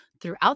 Throughout